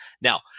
Now